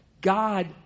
God